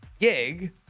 gig